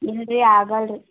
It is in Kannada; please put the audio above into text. ಇಲ್ರಿ ಆಗೋಲ್ಲ ರೀ